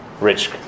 rich